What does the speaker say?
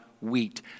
wheat